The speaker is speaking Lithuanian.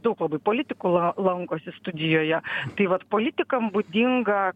daug labai politikų lankosi studijoje tai vat politikam būdinga